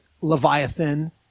Leviathan